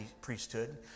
priesthood